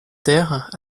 terre